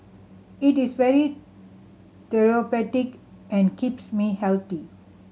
it is very therapeutic and keeps me healthy